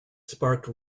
sparked